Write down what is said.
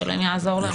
שאלוהים יעזור לנו.